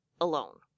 alone